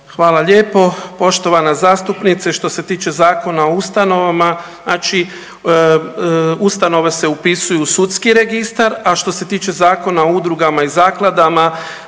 Hvala lijepo. Poštovana zastupnice što se tiče Zakona o ustanovama, znači ustanove se upisuju u sudski registar, a što se tiče Zakona o udrugama i zakladama